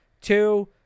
two